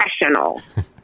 professional